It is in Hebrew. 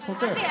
זכותך.